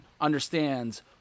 understands